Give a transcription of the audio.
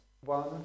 one